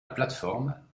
plateforme